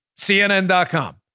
CNN.com